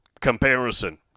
comparison